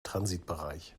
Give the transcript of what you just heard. transitbereich